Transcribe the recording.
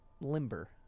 limber